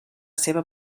seva